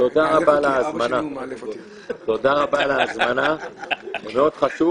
אז תודה רבה על ההזמנה, זה מאוד חשוב